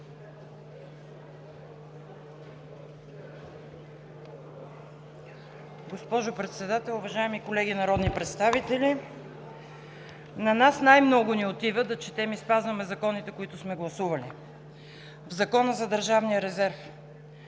Госпожо Председател, уважаеми колеги народни представители! На нас най-много ни отива да четем и спазваме законите, които сме гласували. В Закона за държавния резерв